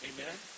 Amen